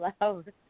loud